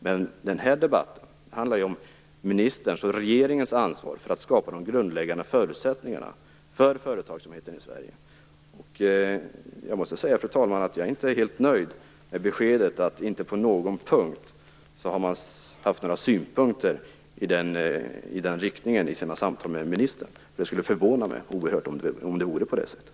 Men den här debatten handlar om ministerns och regeringens ansvar för att skapa de grundläggande förutsättningarna för företagsamheten i Jag måste säga, fru talman, att jag inte är helt nöjd med beskedet att företaget i samtalen med ministern inte på någon punkt har fört fram synpunkter i den riktningen. Det skulle förvåna mig oerhört om det vore på det sättet.